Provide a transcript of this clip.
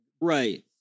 Right